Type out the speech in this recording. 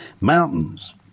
mountains